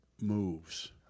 moves